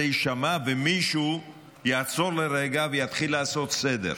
יישמע ומישהו יעצור לרגע ויתחיל לעשות סדר,